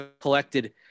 collected